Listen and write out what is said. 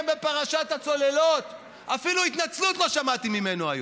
פעם אחרונה שאני מזהיר אותך.